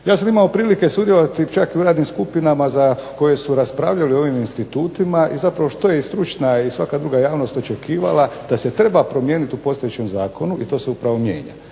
Ja sam imao prilike sudjelovati čak i u radnim skupinama koje su raspravljale o ovim institutima i zapravo što je stručna i svaka druga javnost očekivala da se treba promijeniti u postojećem zakonu i to se upravo mijenja.